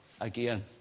again